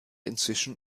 inzwischen